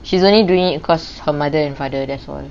she's only doing it cause her mother and father there